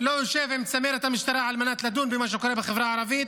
לא יושב עם צמרת המשטרה על מנת לדון במה שקורה בחברה הערבית.